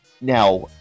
Now